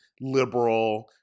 liberal